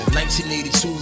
1982